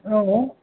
औ